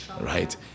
right